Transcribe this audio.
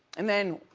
and then,